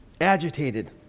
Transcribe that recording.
agitated